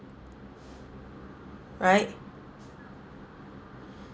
right